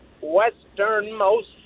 westernmost